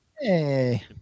Hey